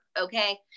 okay